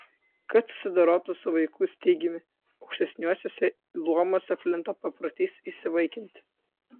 kad susidorotų su vaikų stygiumi aukštesniuosiuose luomuose plinta paprotys įsivaikinti